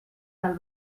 del